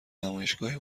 نمایشگاهی